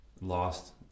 lost